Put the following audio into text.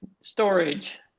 storage